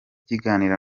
biganiro